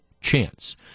chance